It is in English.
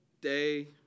day